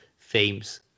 themes